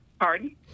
Pardon